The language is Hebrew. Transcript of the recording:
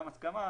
הסכמה.